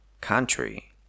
country